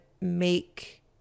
make